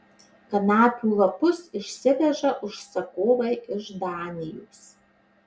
kanapių lapus išsiveža užsakovai iš danijos